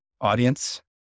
audience